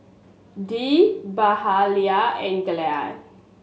Dee Mahalia and Glynn